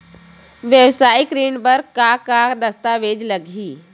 वेवसायिक ऋण बर का का दस्तावेज लगही?